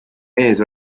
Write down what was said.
mees